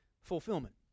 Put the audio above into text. fulfillment